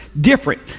different